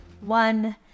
one